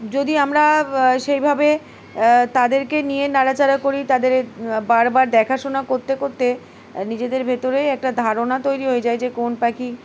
যদি আমরা সেইভাবে তাদেরকে নিয়ে নাড়াচাড়া করি তাদের বারবার দেখাশোনা করতে করতে নিজেদের ভেতরেই একটা ধারণা তৈরি হয়ে যায় যে কোন পাখি